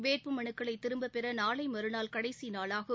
வேட்பு மனுக்களை திரும்பப்பெற நாளை மறுநாள் கடைசி நாளாகும்